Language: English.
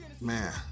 Man